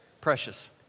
Precious